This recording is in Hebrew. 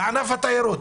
לענף התיירות.